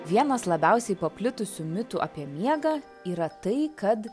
vienas labiausiai paplitusių mitų apie miegą yra tai kad